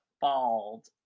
bald